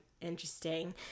interesting